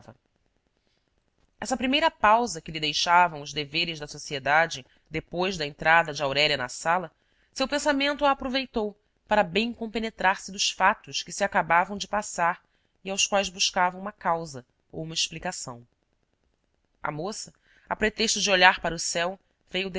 essa primeira pausa que lhe deixavam os deveres da sociedade depois da entrada de aurélia na sala seu pensamento a aproveitou para bem compenetrar se dos fatos que se acabavam de passar e aos quais buscava uma causa ou uma explicação a moça a pretexto de olhar para o céu veio